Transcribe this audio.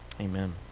Amen